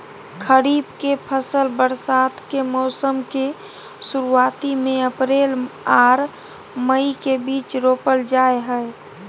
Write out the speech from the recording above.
खरीफ के फसल बरसात के मौसम के शुरुआती में अप्रैल आर मई के बीच रोपल जाय हय